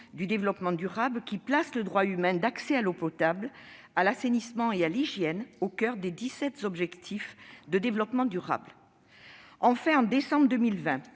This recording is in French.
de développement durable, qui placent le droit humain d'accès à l'eau potable, à l'assainissement et à l'hygiène au coeur des dix-sept objectifs de développement durable. En décembre 2020,